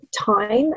time